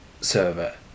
server